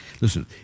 Listen